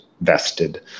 vested